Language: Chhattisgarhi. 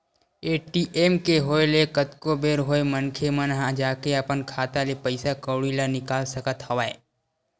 ए.टी.एम के होय ले कतको बेर होय मनखे मन ह जाके अपन खाता ले पइसा कउड़ी ल निकाल सकत हवय